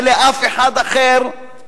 ולאף אחד אחר.